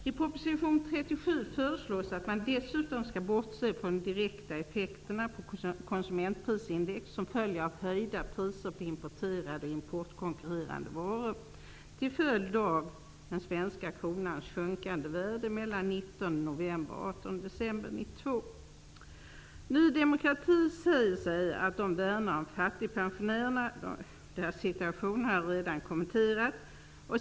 I proposition 37 föreslås att man dessutom skall bortse från de direkta effekter på konsumentprisindex som följer av höjda priser på importerade och importkonkurrerande varor till följd av den svenska kronans sjunkande värde mellan den 19 november och den 18 december Ny demokrati säger sig värna om fattigpensionärerna. Deras situation har jag redan kommenterat.